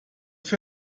für